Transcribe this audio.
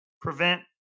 prevent